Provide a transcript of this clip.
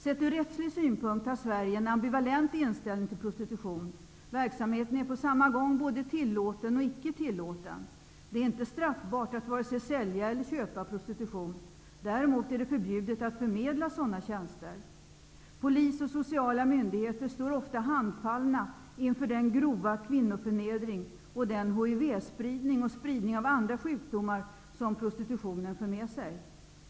Sett ur rättslig synpunkt har Sverige en ambivalent inställning till prostitution. Verksamheten är på samma gång både tillåten och icke tillåten. Det är inte straffbart att vare sig sälja eller köpa prostitution. Däremot är det förbjudet att förmedla sådana tjänster. Polis och sociala myndigheter står ofta handfallna inför den grova kvinnoförnedring och den HIV spridning och spridning av andra sjukdomar som prostitutionen medför.